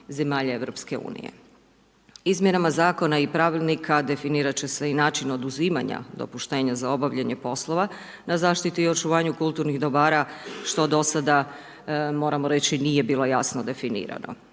zemalja EU. Izmjenama zakona i pravilnika, definirati će se i način oduzimanja dopuštenja za obavljanje poslova, na zaštiti i očuvanju kulturnih dobara, što do sada, moramo reći nije bilo jasno definirano.